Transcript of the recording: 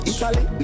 Italy